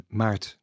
maart